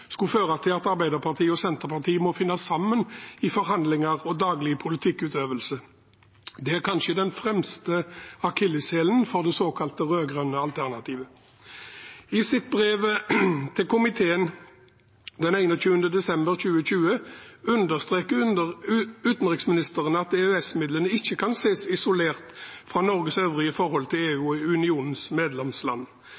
skulle føre til at Arbeiderpartiet og Senterpartiet må finne sammen i forhandlinger og daglig politikkutøvelse. Det er kanskje den fremste akilleshælen for det såkalte rød-grønne alternativet. I sitt brev til komiteen den 21. desember 2020 understreker utenriksministeren at EØS-midlene ikke kan ses isolert fra Norges øvrige forhold til